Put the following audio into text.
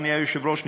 אדוני היושב-ראש,